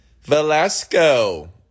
Velasco